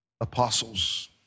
apostles